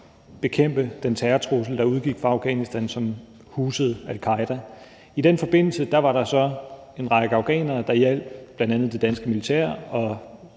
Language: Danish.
bekæmpe den terrortrussel, der udgik fra Afghanistan, som husede al-Qaeda. I den forbindelse var der så en række afghanere, der hjalp bl.a. det danske militær